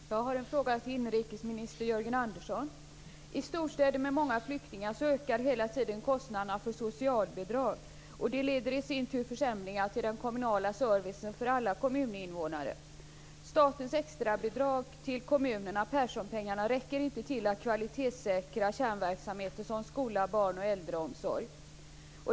Fru talman! Jag har en fråga till inrikesminister Jörgen Andersson. I storstäder med många flyktingar ökar hela tiden kostnaderna för socialbidragen. Det leder i sin tur till försämringar i den kommunala servicen för alla kommuninvånare. Statens extrabidrag till kommunerna, de s.k. Perssonpengarna, räcker inte till att kvalitetssäkra kärnverksamheter som skola, barn och äldreomsorg.